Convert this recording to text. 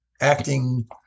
acting